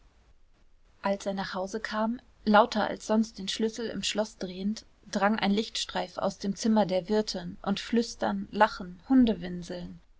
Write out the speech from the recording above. als er nach hause kam lauter als sonst den schlüssel im schloß drehend drang ein lichtstreif aus dem zimmer der wirtin und flüstern lachen hundewinseln